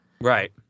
Right